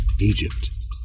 Egypt